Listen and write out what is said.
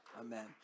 Amen